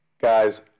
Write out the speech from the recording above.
Guys